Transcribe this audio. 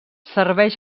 serveix